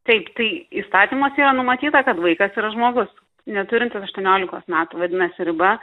taip tai įstatymuose yra numatyta kad vaikas yra žmogus neturintis aštuoniolikos metų vadinasi riba